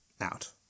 out